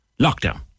lockdown